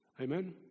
Amen